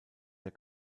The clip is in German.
der